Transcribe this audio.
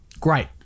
great